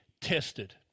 tested